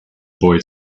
boy